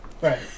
Right